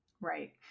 Right